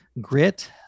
Grit